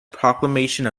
proclamation